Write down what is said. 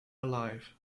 alive